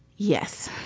yes.